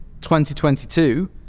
2022